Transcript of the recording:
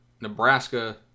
Nebraska